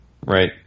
Right